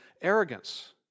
arrogance